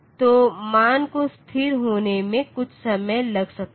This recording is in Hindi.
तो मान को स्थिर होने में कुछ समय लग सकता है